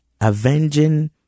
avenging